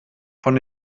von